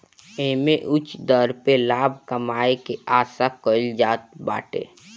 एमे उच्च दर पे लाभ कमाए के आशा कईल जात बाटे